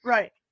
Right